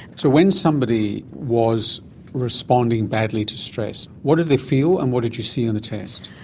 so when somebody was responding badly to stress, what did they feel and what did you see in the test?